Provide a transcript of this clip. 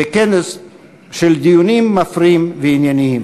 וכנס של דיונים מפרים וענייניים.